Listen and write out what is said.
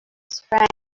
sprang